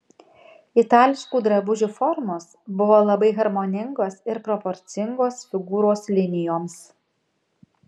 itališkų drabužių formos buvo labai harmoningos ir proporcingos figūros linijoms